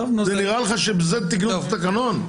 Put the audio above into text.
נראה לי שבזה תגנוב תקנון?